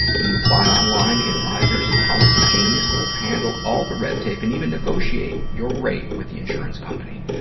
when you apply online, the advisors at policygenius will handle all the red tape and even negotiate your rate with the insurance company.